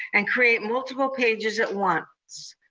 and create multiple pages at once.